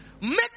make